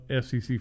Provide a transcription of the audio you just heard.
SEC